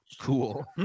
Cool